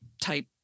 type